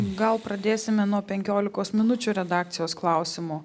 gal pradėsime nuo penkiolikos minučių redakcijos klausimų